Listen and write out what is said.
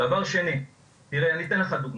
דבר שני, תראה, אני אתן לך דוגמה.